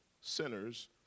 Sinners